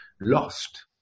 lost